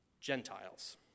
Gentiles